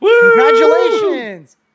Congratulations